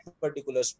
particular